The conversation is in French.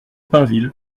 pinville